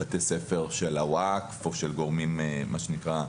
בתי ספר של הווקף או של גורמים אחרים,